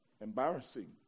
embarrassing